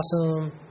awesome